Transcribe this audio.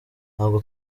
ntabwo